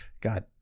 god